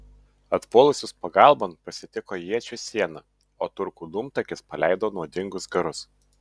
atpuolusius pagalbon pasitiko iečių siena o turkų dūmtakis paleido nuodingus garus